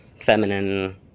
feminine